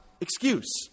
excuse